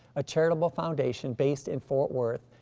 a charitable foundation based in fort worth,